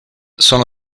sono